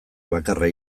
bakarra